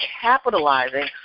capitalizing